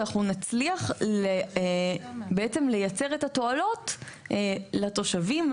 אנחנו נצליח בעצם לייצר את התועלות לתושבים,